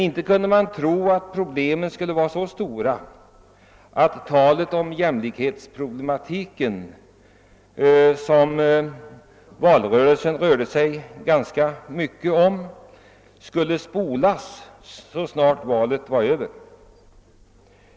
Inte kunde man tro att problemen skulle vara så stora, att allt tal under valrörelsen om =: jämlikhetsproblematiken skulle spolas så snart valet var över.